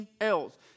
else